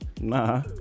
Nah